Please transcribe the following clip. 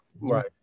Right